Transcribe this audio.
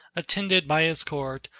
attended by his court,